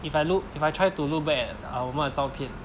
if I look if I try to look back at our 我们的照片